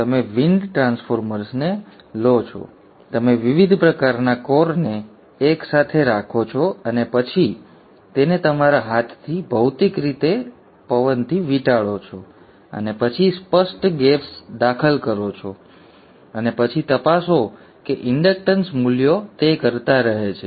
તમે વિન્ડ ટ્રાન્સફોર્મર્સને વધુને વધુ લો છો તમે વિવિધ પ્રકારના કોરને એકસાથે રાખો છો અને પછી તેને તમારા હાથથી ભૌતિક રીતે પવનથી વીંટાળો છો અને પછી સ્પષ્ટ ગેપ્સ દાખલ કરો છો અને પછી તપાસો કે ઇન્ડક્ટન્સ મૂલ્યો તે કરતા રહે છે